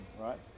right